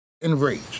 enraged